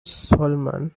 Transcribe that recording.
salmon